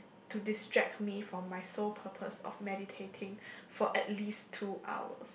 to distract me from my sole purpose of meditating for at least two hours